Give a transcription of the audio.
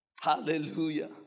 Hallelujah